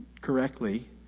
correctly